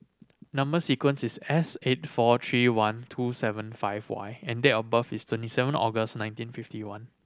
number sequence is S eight four three one two seven five Y and date of birth is twenty seven August nineteen fifty one